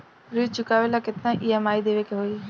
ऋण चुकावेला केतना ई.एम.आई देवेके होई?